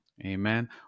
Amen